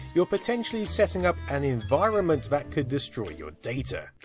you're potentially setting up an environment that could destroy your data.